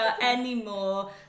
anymore